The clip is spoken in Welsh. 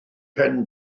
pen